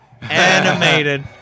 animated